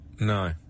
No